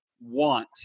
want